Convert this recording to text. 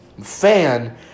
fan